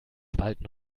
spalten